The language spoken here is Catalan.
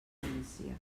herència